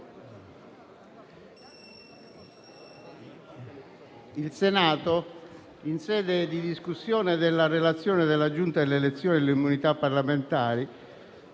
Il Senato, in sede di discussione della relazione della Giunta delle elezioni e delle immunità parlamentari